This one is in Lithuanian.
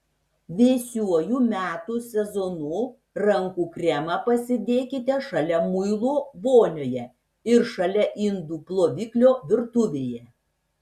vėsiuoju metų sezonu rankų kremą pasidėkite šalia muilo vonioje ir šalia indų ploviklio virtuvėje